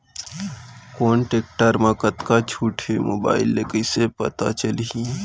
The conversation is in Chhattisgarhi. कोन टेकटर म कतका छूट हे, मोबाईल ले कइसे पता चलही?